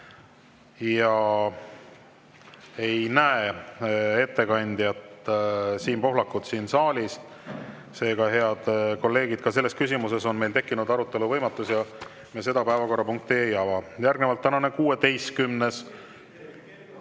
ja ei näe ettekandjat Siim Pohlakut. Seega, head kolleegid, ka selles küsimuses on meil tekkinud arutelu võimatus ja me seda päevakorrapunkti ei ava. Järgnevalt tänane 16.